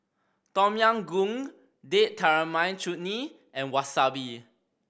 Tom Yam Goong Date Tamarind Chutney and Wasabi